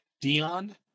Dion